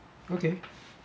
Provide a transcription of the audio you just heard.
okay